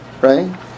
right